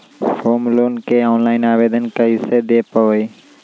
Home loan के online आवेदन कैसे दें पवई?